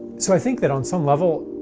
so, i think that on some level,